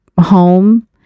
home